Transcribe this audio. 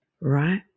Right